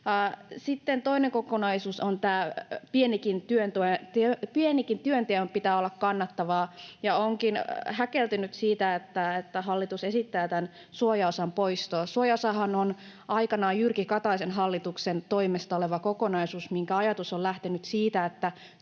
Sitten toinen kokonaisuus on tämä, että pienenkin työnteon pitää olla kannattavaa. Olenkin häkeltynyt siitä, että hallitus esittää suojaosan poistoa. Suojaosahan on aikanaan Jyrki Kataisen hallituksen toimesta oleva kokonaisuus, minkä ajatus on lähtenyt siitä, että